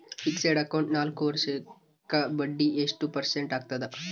Fixed account ನಾಲ್ಕು ವರ್ಷಕ್ಕ ಬಡ್ಡಿ ಎಷ್ಟು ಪರ್ಸೆಂಟ್ ಆಗ್ತದ?